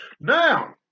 Now